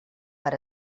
per